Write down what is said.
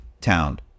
town